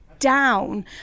Down